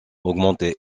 augmentée